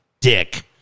dick